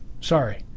Sorry